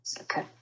Okay